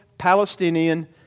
Palestinian